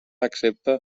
accepta